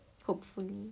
hopefully